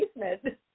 basement